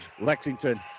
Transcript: Lexington